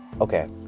Okay